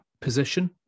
position